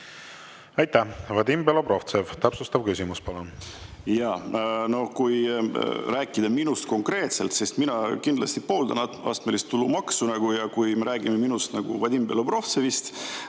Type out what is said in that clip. Aitäh! Vadim Belobrovtsev, täpsustav küsimus, palun! Kui rääkida minust konkreetselt, siis mina kindlasti pooldan astmelist tulumaksu. Kui me räägime minust nagu Vadim Belobrovtsevist,